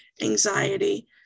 anxiety